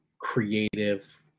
creative